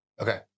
Okay